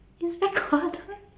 it's recorded